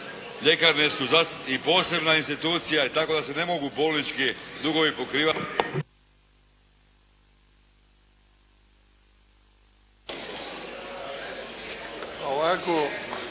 Ljekarne su posebna institucija tako da se ne mogu bolnički dugovi pokrivati